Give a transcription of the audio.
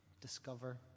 discover